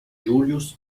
julius